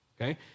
okay